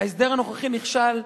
ההסדר הנוכחי נכשל.